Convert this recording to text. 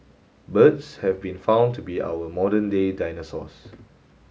birds have been found to be our modern day dinosaurs